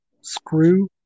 Screw